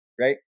Right